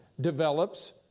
develops